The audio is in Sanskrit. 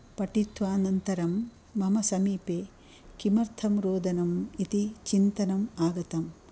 पठित्वानन्तरं मम समीपे किमर्थं रोदनम् इति चिन्तनम् आगतम्